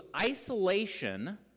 isolation